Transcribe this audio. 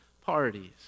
parties